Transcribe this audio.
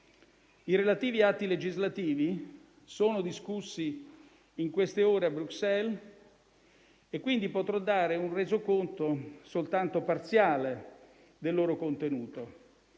I relativi atti legislativi sono discussi in queste ore a Bruxelles, quindi potrò dare un resoconto soltanto parziale del loro contenuto.